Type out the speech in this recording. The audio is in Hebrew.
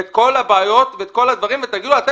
את כל הבעיות ואת כל הדברים ותגידו,